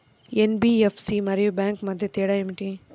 NBFC మరియు bank మధ్య తేడా ఏమిటి?